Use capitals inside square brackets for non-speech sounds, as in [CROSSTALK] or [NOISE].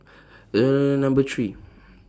[UNINTELLIGIBLE] Number three